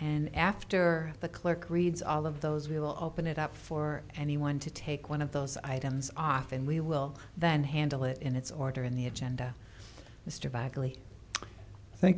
and after the clerk reads all of those we will open it up for anyone to take one of those items off and we will then handle it in its order in the agenda mr bakaly thank